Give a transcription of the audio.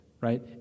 right